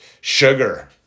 Sugar